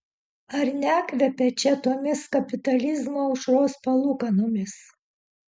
ar nekvepia čia tomis kapitalizmo aušros palūkanomis